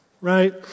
right